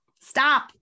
stop